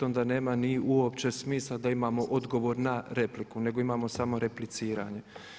Onda nema uopće smisla da imamo odgovor na repliku nego imamo samo repliciranje.